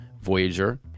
voyager